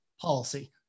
policy